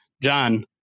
John